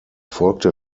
folgte